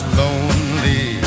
lonely